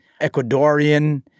Ecuadorian